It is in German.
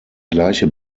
gleiche